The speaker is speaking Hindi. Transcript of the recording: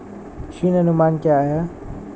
ऋण अनुमान क्या है?